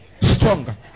stronger